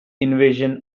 invasion